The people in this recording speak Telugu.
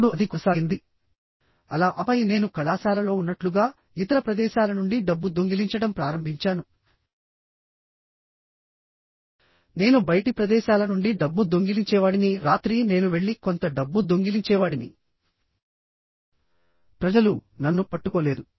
ఇప్పుడు అది కొనసాగింది అలాఆపై నేను కళాశాలలో ఉన్నట్లుగా ఇతర ప్రదేశాల నుండి డబ్బు దొంగిలించడం ప్రారంభించానునేను బయటి ప్రదేశాల నుండి డబ్బు దొంగిలించేవాడిని రాత్రి నేను వెళ్లి కొంత డబ్బు దొంగిలించేవాడిని ప్రజలు నన్ను పట్టుకోలేదు